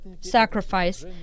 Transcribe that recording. sacrifice